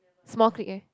small clique leh